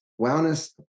wellness